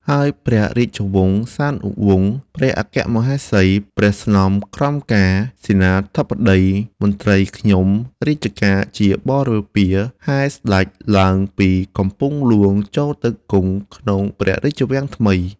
ហើយព្រះរាជវង្សានុវង្ស ព្រះអគ្គមហេសី ព្រះស្នំក្រមការ សេនាបតី មន្ត្រីខ្ញុំរាជការជារាជបរិពារ ហែស្ដេចឡើងពីកំពង់ហ្លួងចូលទៅគង់ក្នុងព្រះរាជវាំងថ្មី